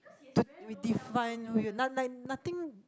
to we define we none none like nothing